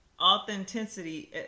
authenticity